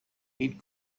need